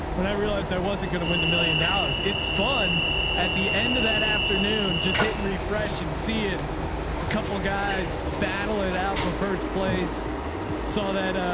when i realized i wasn't going to win the million dollars, it's fun at the end of that afternoon, just hitting refresh and seeing a couple of guys battle it out for first place saw that,